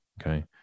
Okay